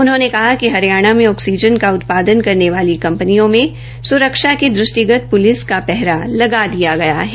उनहोंने कहा कि हरियाणा में ऑक्सीजन का उत्पादन करने वाली कंपनियों मे स्रक्षा के दृष्टिगत प्लिस का पहरा लगा दिया गया है